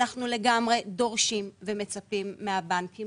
אנחנו לגמרי דורשים ומצפים מהבנקים